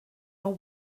are